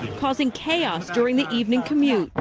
causing chaos during the evening commute.